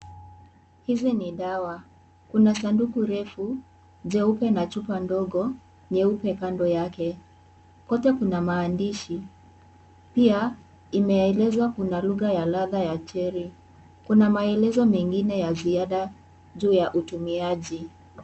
Hizi ni dawa. Kuna sanduku refu jeupe na chupa ndogo nyeupe kando yake. Kwote kuna maandishi. Pia imeelezwa kuna lugha ya ladha ya Cherry. Kuna maelezo mengine ya ziada juu ya utumiaji.